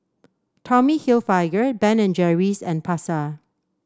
Tommy Hilfiger Ben and Jerry's and Pasar